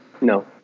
No